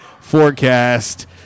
forecast